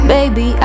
Baby